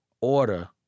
Order